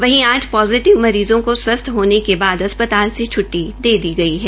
वहीं पोजिटिव मरीजों को स्वस्थ होने के बाद अस्पताल से छूटी दी गई है